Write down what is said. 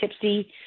tipsy